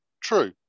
true